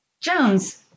Jones